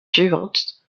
suivantes